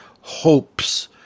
hopes